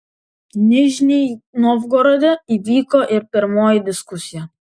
nižnij novgorode įvyko ir pirmoji diskusija